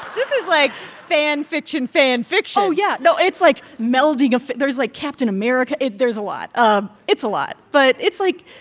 this is, like, fan fiction fan fiction oh, yeah. no, it's like melding of there's, like, captain america. there's a lot. um it's a lot. but it's like,